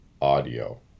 audio